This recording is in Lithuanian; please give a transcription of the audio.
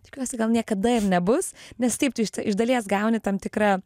tikiuosi gal niekada ir nebus nes taip tai išt iš dalies gauni tam tikrą